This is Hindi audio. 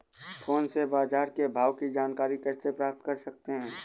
फोन से बाजार के भाव की जानकारी कैसे प्राप्त कर सकते हैं?